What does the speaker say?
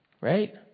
right